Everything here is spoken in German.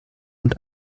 und